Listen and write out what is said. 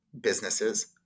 businesses